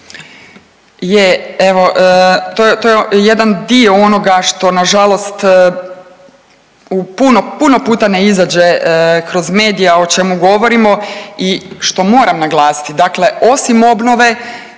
to je jedan dio onoga što nažalost u puno, puno puta ne izađe kroz medije, a o čemu govorimo i što moram naglasiti. Dakle osim obnove